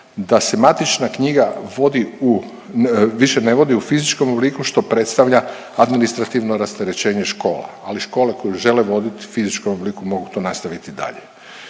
da se matična knjiga vodi u, više ne vodi u fizičkom obliku što predstavlja administrativno rasterećenje škola, ali škole koje ju žele voditi u fizičkom obliku mogu to nastaviti dalje.